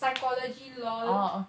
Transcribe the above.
psychology LOL